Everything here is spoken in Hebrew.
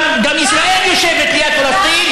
גם ישראל יושבת ליד פלסטין,